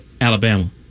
Alabama